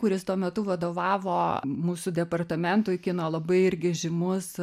kuris tuo metu vadovavo mūsų departamentui kino labai irgi žymus